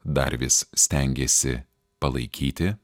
dar vis stengėsi palaikyti